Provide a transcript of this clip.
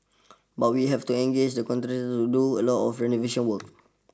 but we have to engage a contractor to do a lot of renovation work